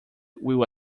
will